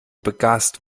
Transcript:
begast